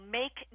make